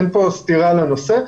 אין כאן סתירה בנושא.